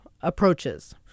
approaches